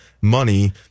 money